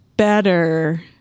better